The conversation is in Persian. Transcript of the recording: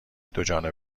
دوجانبه